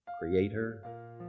creator